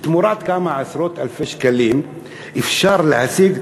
תמורת כמה עשרות אלפי שקלים אפשר להשיג,